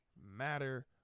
matter